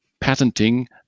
patenting